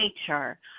nature